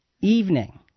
Evening